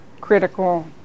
critical